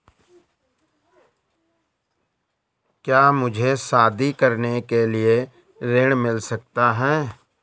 क्या मुझे शादी करने के लिए ऋण मिल सकता है?